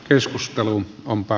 keskustelun pompa